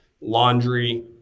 laundry